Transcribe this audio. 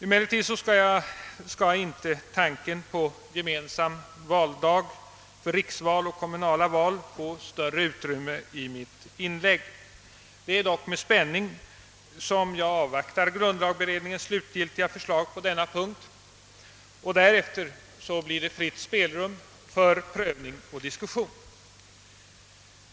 Emellertid skall inte tanken på gemensam valdag för riksval och kommunala val få större utrymme i mitt inlägg. Det är dock med spänning som jag avvaktar grundlagberedningens slutgiltiga förslag på denna punkt. Därefter Åtgärder i syfte att fördjupa och stärka det svenska folkstyret blir det fritt spelrum för prövning och diskussion.